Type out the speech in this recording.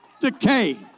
decay